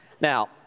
Now